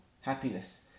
happiness